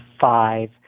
five